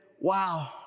wow